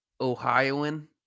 Ohioan